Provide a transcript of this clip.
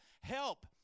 help